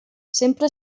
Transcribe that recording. sempre